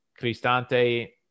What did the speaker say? Cristante